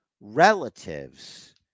relatives